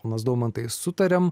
mes daumantai sutarėm